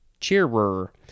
Cheerer